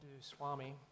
Swami